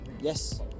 Yes